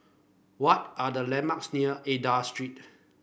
what are the landmarks near Aida Street